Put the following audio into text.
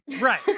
right